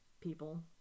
people